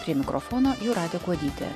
prie mikrofono jūratė kuodytė